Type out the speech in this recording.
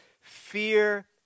fear